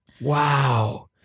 Wow